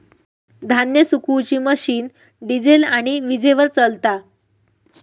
धान्य सुखवुची machine diesel आणि वीजेवर चलता